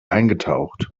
eingetaucht